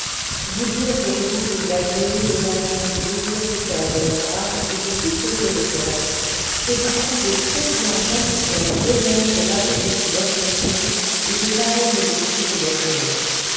vous dire que je vous prie d'agreer l'hommage que je désire vous faire de mon drame et de tous ceux que je ferai c'est vous prouver combien j'ambicionne l'honneur de m'abriter sous votre égide et de parer mes écrits de votre nom